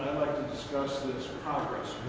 discuss this progress